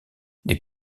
les